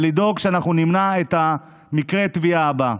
ולדאוג שאנחנו נמנע את מקרה הטביעה הבא.